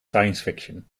sciencefiction